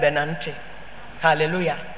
Hallelujah